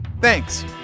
Thanks